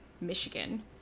Michigan